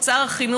את שר החינוך,